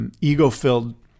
ego-filled